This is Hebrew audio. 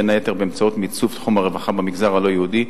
בין היתר באמצעות מיצוב תחום הרווחה במגזר הלא-יהודי,